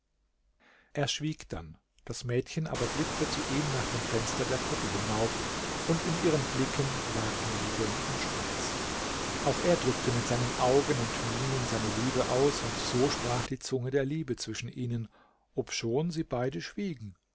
er schwieg dann das mädchen aber blickte zu ihm nach dem fenster der kuppel hinauf und in ihren blicken lag liebe und schmerz auch er drückte mit seinen augen und mienen seine liebe aus und so sprach die zunge der liebe zwischen ihnen obschon sie beide schwiegen